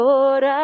Lord